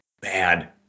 Bad